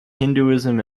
hinduism